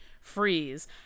freeze